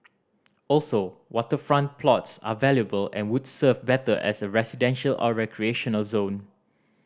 also waterfront plots are valuable and would serve better as a residential or recreational zone